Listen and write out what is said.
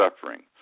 suffering